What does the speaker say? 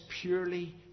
purely